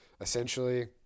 essentially